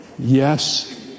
Yes